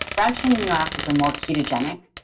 branched-chain amino acids are more ketogenic,